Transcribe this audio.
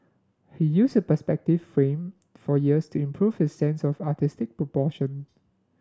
he used a perspective frame for years to improve his sense of artistic proportion